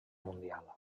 mundial